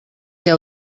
què